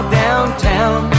downtown